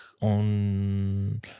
on